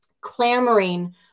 clamoring